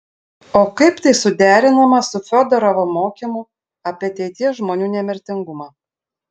o kaip tai suderinama su fiodorovo mokymu apie ateities žmonių nemirtingumą